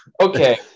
okay